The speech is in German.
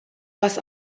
was